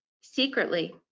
Secretly